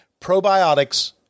probiotics